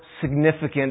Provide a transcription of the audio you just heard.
significant